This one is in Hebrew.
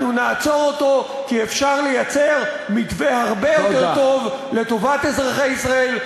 אנחנו נעצור אותו כי אפשר לייצר מתווה הרבה יותר טוב לטובת אזרחי ישראל,